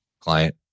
client